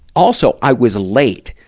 also, i was late.